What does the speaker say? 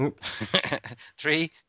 Three